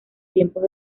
tiempos